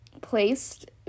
placed